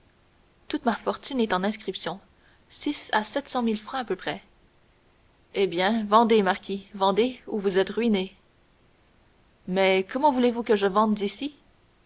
toute ma fortune est en inscriptions six à sept cent mille francs à peu près eh bien vendez marquis vendez ou vous êtes ruiné mais comment voulez-vous que je vende d'ici